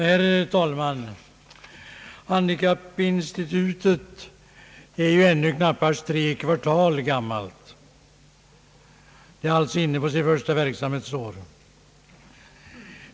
Herr talman! Handikappinstitutet är ännu knappast tre kvartal gammalt. Det är alltså inne på sitt första verksamhetsår.